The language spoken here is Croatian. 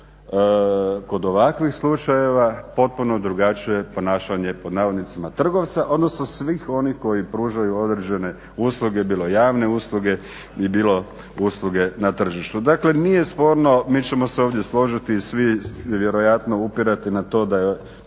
kod ovakvih slučajeva potpuno drugačije ponašanje pod navodnicima "trgovca" odnosno svih onih koji pružaju određene usluge, bilo javne usluge i bilo usluge na tržištu. Dakle, nije sporno, mi ćemo se ovdje složiti svi i vjerojatno upirati na to da je